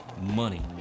money